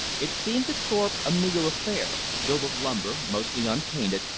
it seemed to thorpe a meager affair, built of lumber, mostly unpainted,